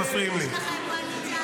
שאל את טלי גוטליב, היא מכירה את זה.